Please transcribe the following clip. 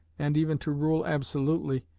and even to rule absolutely,